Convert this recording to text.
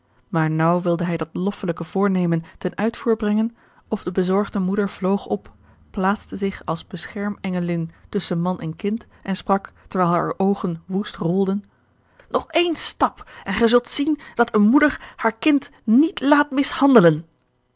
maar naauw wilde hij dat loffelijke voornemen ten uitvoer brengen of de bezorgde moeder vloog op plaatste zich als beschermengelin tusschen man en kind en sprak terwijl hare oogen woest rolden nog één stap en gij zult zien dat eene moeder haar kind niet laat mishandelen